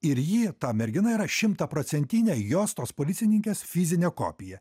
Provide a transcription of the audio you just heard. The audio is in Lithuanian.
ir ji ta mergina yra šimtaprocentinė jos tos policininkės fizinė kopija